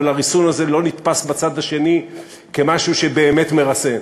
אבל הריסון הזה לא נתפס בצד השני כמשהו שבאמת מרסן,